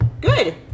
good